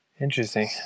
Interesting